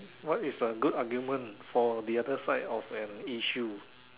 what is a good argument for the other side of an issue